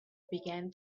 began